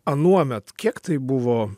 anuomet kiek tai buvo